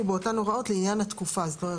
באותן הוראות לעניין התקופה כלומר,